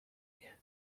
mnie